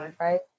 right